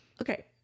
okay